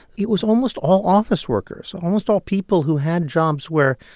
it was almost all office workers, almost all people who had jobs where,